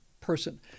person